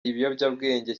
ibiyobyabwenge